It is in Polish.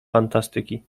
fantastyki